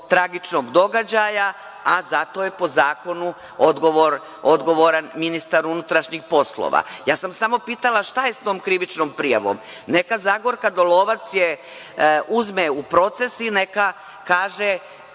tragičnog događaja, a za to je po zakonu odgovoran ministar unutrašnjih poslova. Samo sam pitala šta je sa tom krivičnom prijavom? Neka je Zagorka Dolovac uzme u proces i neka kaže